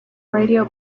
radio